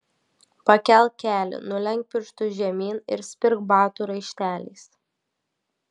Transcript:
pakelk kelį nulenk pirštus žemyn ir spirk batų raišteliais